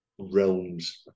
realms